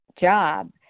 job